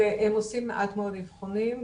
והם עושים מעט מאוד אבחונים.